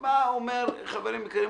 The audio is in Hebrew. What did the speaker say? הוא בא ואומר: חברים יקרים,